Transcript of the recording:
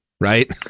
Right